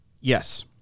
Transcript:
Yes